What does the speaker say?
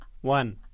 One